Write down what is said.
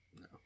no